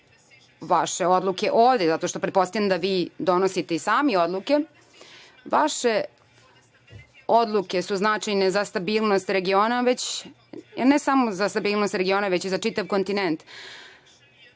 vaše odluke ovde, zato što pretpostavljam da vi donosite i sami odluke. Vaše odluke su značajne za stabilnost regiona, ne samo za stabilnost regiona, već i za čitav kontigent.